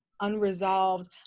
unresolved